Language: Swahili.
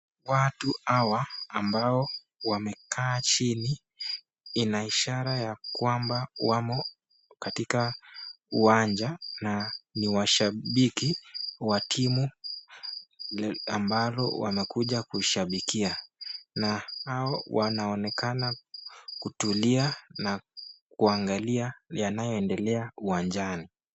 Watu hawa ambao wameka chini inaisha ya kwamba wamo katika uwanja na washabiki timu ambalo wamekuja kushabikia na wao wanaonekana kutulia na kuangalia yanayoendelea uwanjani.